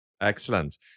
Excellent